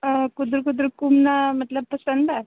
कुद्धर कुद्धर घूमना मतलब पसंद ऐ